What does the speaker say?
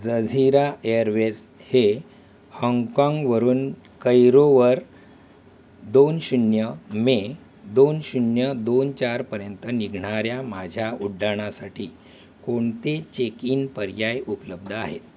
Jazeera Airways हे हाँगकाँगवरून कैरोवर दोन शून्य मे दोन शून्य दोन चारपर्यंत निघणाऱ्या माझ्या उड्डाणासाठी कोणते चेक इन पर्याय उपलब्ध आहेत